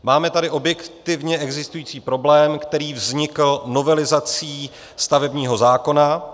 Máme tady objektivně existující problém, který vznikl novelizací stavebního zákona.